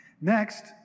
Next